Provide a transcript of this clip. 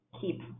keep